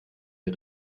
der